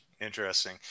Interesting